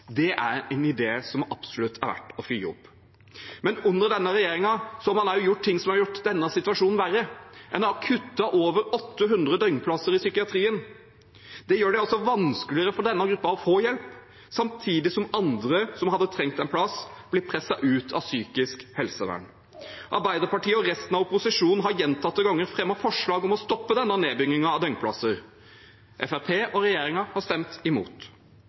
Det er en idé som det absolutt er verdt å følge opp. Under denne regjeringen har man også gjort ting som har gjort denne situasjonen verre. En har kuttet over 800 døgnplasser i psykiatrien. Det gjør det vanskeligere for denne gruppen å få hjelp, samtidig som andre som hadde trengt en plass, blir presset ut av psykisk helsevern. Arbeiderpartiet og resten av opposisjonen har gjentatte ganger fremmet forslag om å stoppe denne nedbyggingen av døgnplasser. Fremskrittspartiet og regjeringen har stemt imot.